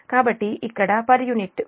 కాబట్టి ఇక్కడ per unit విలువకు మీరు 9